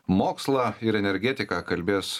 mokslą ir energetiką kalbės